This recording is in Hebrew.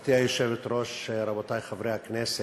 גברתי היושבת-ראש, רבותי חברי הכנסת,